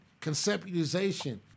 conceptualization